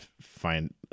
find